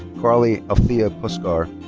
carley althea puskar.